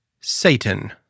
Satan